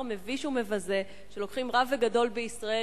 מביש ומבזה שלוקחים רב וגדול בישראל,